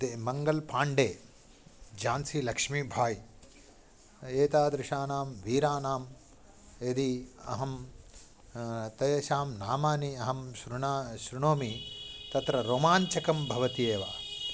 ते मङ्गलपाण्डे झान्सिलक्ष्मीबाई एतादृशाणां वीराणां यदि अहं तेषां नामानि अहं शृण शृणोमि तत्र रोमाञ्चकं भवति एव